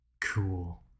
Cool